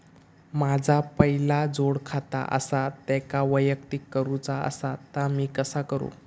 माझा पहिला जोडखाता आसा त्याका वैयक्तिक करूचा असा ता मी कसा करू?